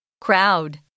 Crowd